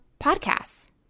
podcasts